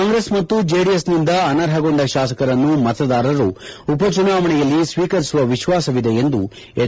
ಕಾಂಗ್ರೆಸ್ ಮತ್ತು ಜೆಡಿಎಸ್ನಿಂದ ಅನರ್ಹಗೊಂಡ ಶಾಸಕರನ್ನು ಮತದಾರರು ಉಪಚುನಾವಣೆಯಲ್ಲಿ ಸ್ವೀಕರಿಸುವ ವಿಶ್ವಾಸವಿದೆ ಎಂದು ಹೆಚ್